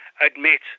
admit